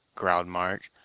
growled march.